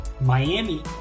Miami